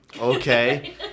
okay